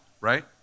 right